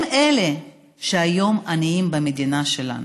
הם אלה שכיום הם עניים, במדינה שלנו.